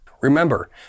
Remember